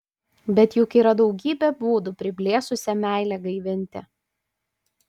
bet juk yra daugybė būdų priblėsusią meilę gaivinti